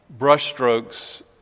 brushstrokes